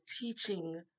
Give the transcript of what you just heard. teaching